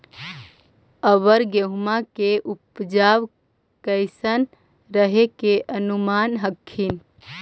अबर गेहुमा के उपजबा कैसन रहे के अनुमान हखिन?